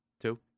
two